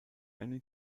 einen